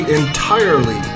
entirely